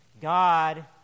God